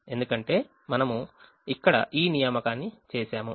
ఎందుకంటే మనము ఇక్కడ ఈ నియామకాన్ని చేసాము